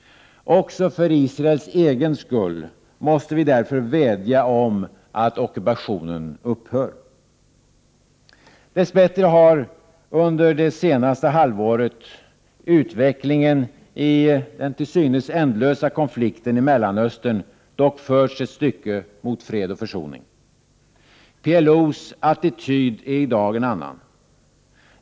Också för Israels egen skull måste vi därför vädja om att ockupationen upphör. Dess bättre har under det senaste halvåret utvecklingen i den till synes ändlösa konflikten i Mellanöstern dock förts ett stycke mot fred och försoning. PLO:s attityd är i dag en annan.